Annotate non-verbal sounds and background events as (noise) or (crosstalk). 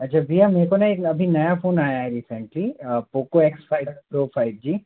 अच्छा भैया मेरे को ना एक अभी नया फ़ोन आया है recently Poco x (unintelligible) pro five जी